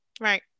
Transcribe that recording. Right